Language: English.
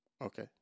Okay